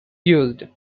used